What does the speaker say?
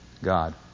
God